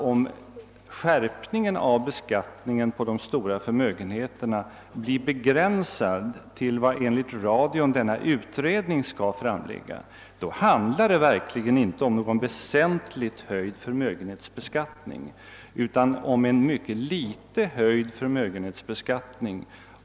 Om skärpningen av beskattningen på de stora förmögenheterna blir begränsad till vad, enligt radion, denna utredning ämnar framlägga, handlar det verkligen inte om någon väsentligt höjd förmögenhetsbeskatining utan om en mycket litet höjd förmögenhetsbeskattning.